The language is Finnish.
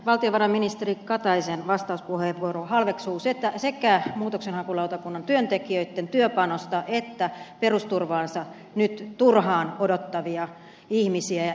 valtiovarainministeri kataisen vastauspuheenvuoro halveksuu sekä muutoksenhakulautakunnan työntekijöitten työpanosta että perusturvaansa nyt turhaan odottavia ihmisiä